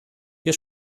wir